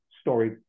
story